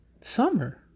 summer